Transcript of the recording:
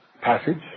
passage